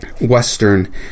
Western